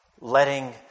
letting